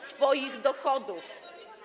swoich dochodów.